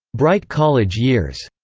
bright college years,